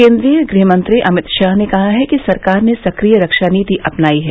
केन्द्रीय गृहमंत्री अमित शाह ने कहा है कि सरकार ने सक्रिय रक्षा नीति अपनाई है